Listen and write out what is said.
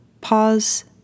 Pause